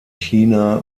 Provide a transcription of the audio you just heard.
china